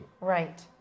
Right